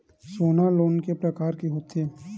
सोना लोन के प्रकार के होथे?